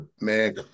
man